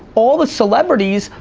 all the celebrities,